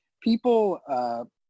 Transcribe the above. people